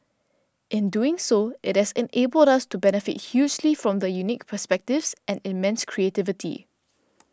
in doing so it has enabled us to benefit hugely from the unique perspectives and immense creativity